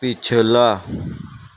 پچھلا